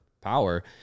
power